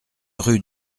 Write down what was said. rue